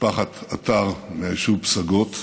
משפחת עטר מהיישוב פסגות: